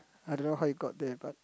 I don't know how it got there but